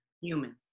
Human